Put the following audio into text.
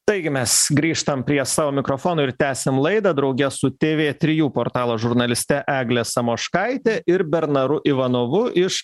taigi mes grįžtam prie savo mikrofono ir tęsiam laidą drauge su tv trijų portalo žurnaliste egle samoškaite ir bernaru ivanovu iš